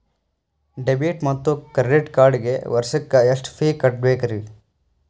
Debit ಮತ್ತು credit ಕಾರ್ಡ್ಗೆ ವರ್ಷಕ್ಕ ಎಷ್ಟ ಫೇ ಕಟ್ಟಬೇಕ್ರಿ?